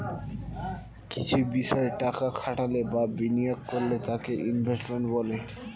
কিছু বিষয় টাকা খাটালে বা বিনিয়োগ করলে তাকে ইনভেস্টমেন্ট বলে